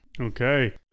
Okay